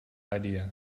idea